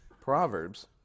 Proverbs